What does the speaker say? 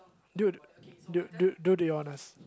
dude dude dude dude be honest